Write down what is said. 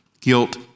guilt